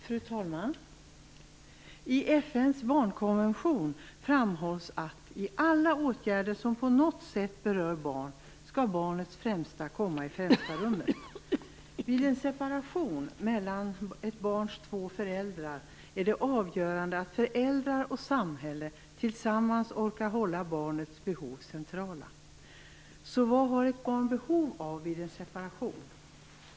Fru talman! I FN:s barnkonvention framhålls att i alla åtgärder som på något sätt berör barn skall barnets bästa komma i främsta rummet. Vid en separation mellan ett barns två föräldrar är det avgörande att föräldrar och samhälle tillsammans orkar hålla barnets behov centrala. Så vad har ett barn behov av vid en separation?